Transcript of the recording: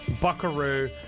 Buckaroo